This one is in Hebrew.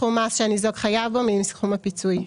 סכום מס שהניזוק חייב בו מסכום הפיצוי.